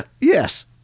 Yes